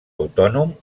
autònom